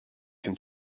can